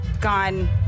gone